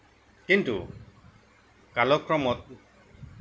কিন্তু কালক্ৰমত